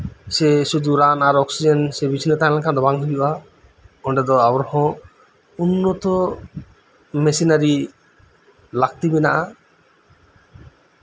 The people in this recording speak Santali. ᱥᱮ ᱥᱩᱫᱷᱩ ᱨᱟᱱ ᱥᱮ ᱚᱠᱥᱤᱡᱮᱱ ᱟᱨ ᱵᱤᱪᱷᱱᱟᱹ ᱛᱟᱦᱮᱸ ᱞᱮᱱᱠᱷᱟᱱ ᱫᱚ ᱵᱟᱝ ᱦᱩᱭᱩᱜᱼᱟ ᱚᱸᱰᱮ ᱫᱚ ᱟᱨᱦᱚᱸ ᱩᱱᱱᱚᱛᱚ ᱢᱮᱥᱤᱱᱟᱨᱤ ᱞᱟᱠᱛᱤ ᱢᱮᱱᱟᱜᱼᱟ